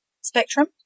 spectrum